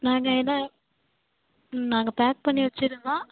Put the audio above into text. நாங்கள் என்ன நாங்கள் பேக் பண்ணி வச்சிரவா